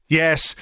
yes